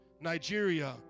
Nigeria